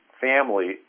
family